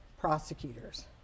prosecutors